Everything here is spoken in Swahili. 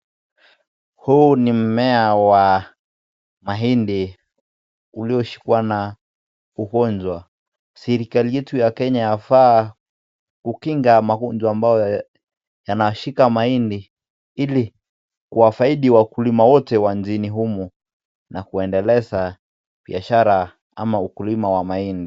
Huu ni mmea wa mahindi ulioshikwa na ugonjwa serikali yetu ya Kenya yafaa kukinga magonjwa ambayo yanashika mahindi ili kuwafaidi wakulima wote wa nchini humu na kuendeleza biashara ama ukulima wa mahindi.